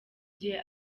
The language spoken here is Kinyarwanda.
gihe